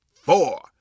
four